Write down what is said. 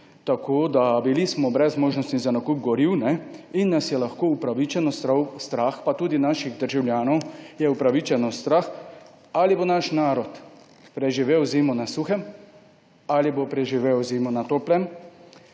Bili smo brez možnosti za nakup goriv in nas je lahko upravičeno strah, pa tudi naših državljanov je upravičeno strah, ali bo naš narod preživel zimo na suhem, ali bo preživel zimo na toplem.